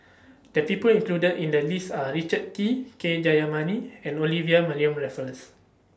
The People included in The list Are Richard Kee K Jayamani and Olivia Mariamne Raffles